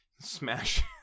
smash